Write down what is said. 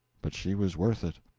but she was worth it.